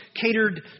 catered